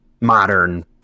modern